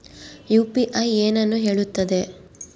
UPI ಏನನ್ನು ಹೇಳುತ್ತದೆ?